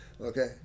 okay